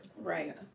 Right